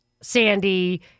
Sandy